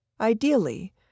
Ideally